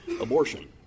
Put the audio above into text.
abortion